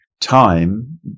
time